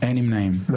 הצבעה לא אושרו.